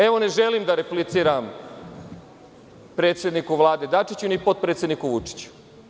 Evo, ne želim da repliciram predsedniku Vlade Dačiću, ni potpredsedniku Vučiću.